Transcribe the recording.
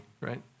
right